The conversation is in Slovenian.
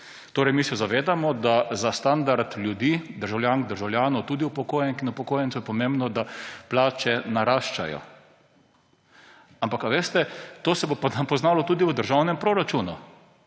Torej, mi se zavedamo, da je za standard ljudi, državljank, državljanov, tudi upokojenk in upokojencev, pomembno, da plače naraščajo. Ampak veste, to se nam bo pa poznalo tudi v državnem proračunu,